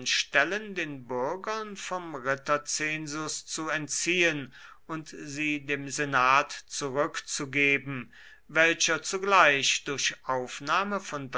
geschworenenstellen den bürgern vom ritterzensus zu entziehen und sie dem senat zurückzugeben welcher zugleich durch aufnahme von